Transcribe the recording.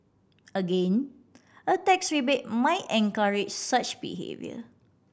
again a tax rebate might encourage such behaviour